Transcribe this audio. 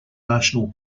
national